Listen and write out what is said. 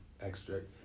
extract